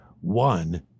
one